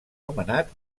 nomenat